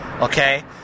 okay